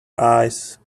eyes